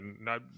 No